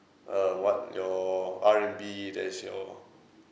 uh what your R and B there is your